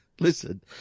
Listen